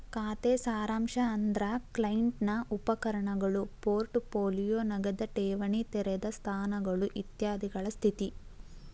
ಖಾತೆ ಸಾರಾಂಶ ಅಂದ್ರ ಕ್ಲೈಂಟ್ ನ ಉಪಕರಣಗಳು ಪೋರ್ಟ್ ಪೋಲಿಯೋ ನಗದ ಠೇವಣಿ ತೆರೆದ ಸ್ಥಾನಗಳು ಇತ್ಯಾದಿಗಳ ಸ್ಥಿತಿ